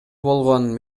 болгон